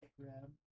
Grab